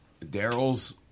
Daryl's